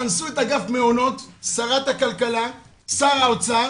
ששרת הכלכלה ושר האוצר